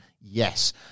Yes